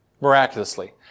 miraculously